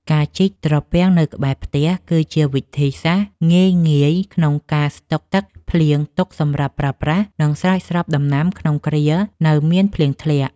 ការជីកត្រពាំងនៅក្បែរផ្ទះ គឺជាវិធីសាស្ត្រងាយៗក្នុងការស្តុកទឹកភ្លៀងទុកសម្រាប់ប្រើប្រាស់ និងស្រោចស្រពដំណាំក្នុងគ្រានៅមានភ្លៀងធ្លាក់។